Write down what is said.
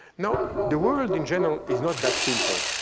now, the world in general is not that simple.